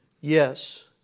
Yes